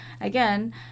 again